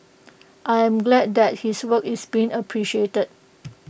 I am glad that his work is being appreciated